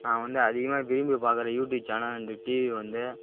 நான் வந்து அதிகமாக விரும்பி பார்க்கற யூடியூப் சேனல் அண்டு டிவி வந்து